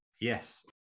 Yes